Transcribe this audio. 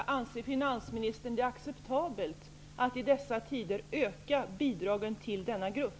Fru talman! Anser finansministern att det är acceptabelt att i dessa tider öka bidragen till denna grupp?